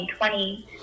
2020